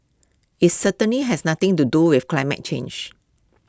IT certainly has nothing to do with climate change